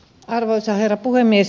arvoisa herra puhemies